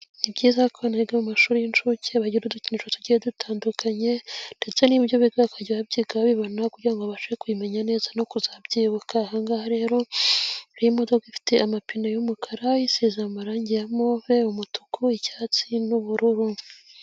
Ni byiza ko biga mu mashuri y'inshuke bagira udukinisho tugiye dutandukanye, ndetse n'ibyo biga bakajya babyiga babibona, kugira ngo babashe kubimenya neza no kuzabyibuka. Aha ngaha rero hari imodoka ifite amapine y'umukara ,isize amarangi ya move, umutuku ,icyatsi n'ubururu.